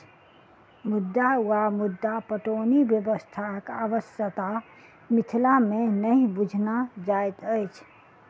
मद्दु वा मद्दा पटौनी व्यवस्थाक आवश्यता मिथिला मे नहि बुझना जाइत अछि